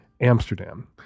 Amsterdam